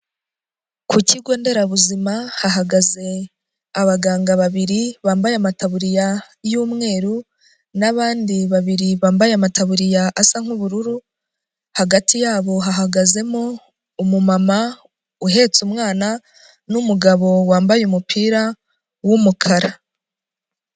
Ku kigo nderabuzima hahagaze abaganga babiri bambaye amatabuririya y'umweru, n'abandi babiri bambaye amatabuririya asa nk'ubururu, hagati yabo hahagazemo umumama uhetse umwana n'umugabo wambaye umupira w'umukara.